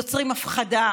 יוצרים הפחדה,